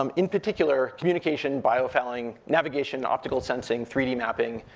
um in particular, communication, biofouling, navigation, optical sensing, three d mapping,